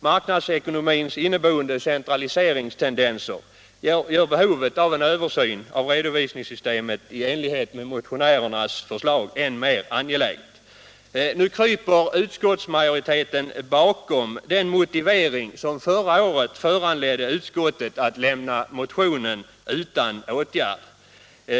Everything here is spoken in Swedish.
Marknadsekonomins inneboende centraliseringstendenser gör behovet av en översyn av redovisningssystemet i enlighet med motionärernas förslag än mer angeläget. Nu kryper utskottsmajoriteten bakom den motivering som förra året föranledde utskottet att lämna motionen utan åtgärd.